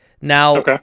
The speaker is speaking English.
Now